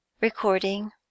Recording